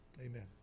Amen